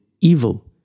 evil